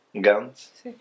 Guns